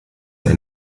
ein